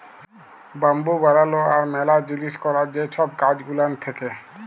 bamboo বালালো আর ম্যালা জিলিস ক্যরার যে ছব কাজ গুলান থ্যাকে